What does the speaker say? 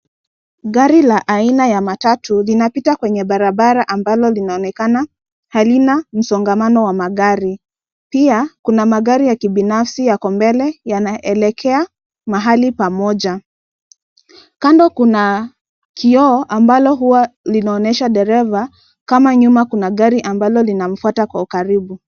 Gari la aina la matatu linapita kwenye barabara ambalo linaonekana halina msongamano wa magari. Pia kuna magari ya kibinafsi yako mbele yanaelekea mahali pamoja. Kando kuna kioo ambalo hua linaonesha dereva kama nyuma kuna gari ambalo linamfuata kwa ukaribu.